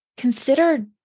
consider